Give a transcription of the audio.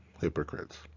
hypocrites